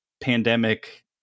pandemic